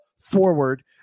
forward